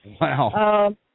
Wow